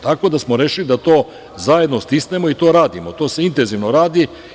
Tako da smo rešili da to zajedno stisnemo i tao radimo, to se intenzivno radi.